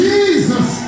Jesus